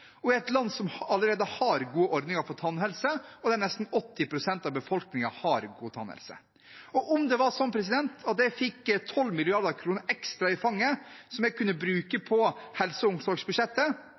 i verdensklasse, i et land som allerede har gode ordninger for tannhelse, og der nesten 80 pst. av befolkningen har god tannhelse. Om det var sånn at jeg fikk 12 mrd. kr ekstra i fanget som jeg kunne bruke